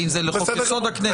האם זה לחוק-יסוד: הכנסת.